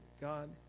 God